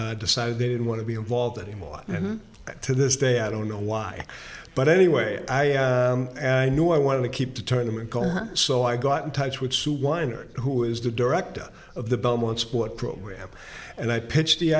decided they didn't want to be involved anymore and to this day i don't know why but anyway i knew i wanted to keep the tournament so i got in touch with sue weiner who is the director of the belmont support program and i pitched the